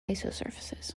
isosurfaces